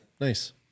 Nice